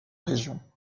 région